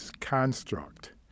construct